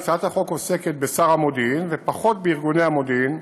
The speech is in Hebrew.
הצעת החוק עוסקת בשר המודיעין ופחות בארגוני המודיעין,